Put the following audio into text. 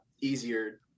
easier